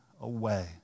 away